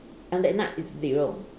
on that night is zero